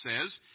says